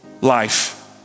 life